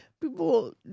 people